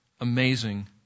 amazing